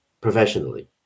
professionally